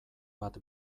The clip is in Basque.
bat